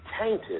tainted